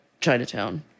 Chinatown